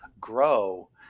grow